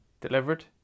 delivered